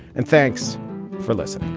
and thanks for listen